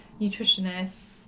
nutritionists